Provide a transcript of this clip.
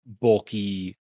bulky